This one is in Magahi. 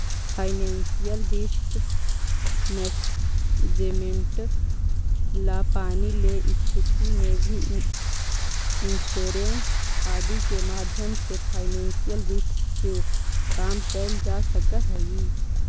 फाइनेंशियल रिस्क मैनेजमेंट ला पानी ले स्थिति में भी इंश्योरेंस आदि के माध्यम से फाइनेंशियल रिस्क के कम कैल जा सकऽ हई